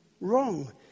wrong